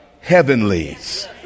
heavenlies